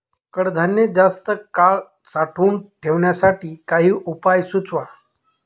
कडधान्य जास्त काळ साठवून ठेवण्यासाठी काही उपाय सुचवा?